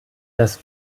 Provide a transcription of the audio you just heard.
das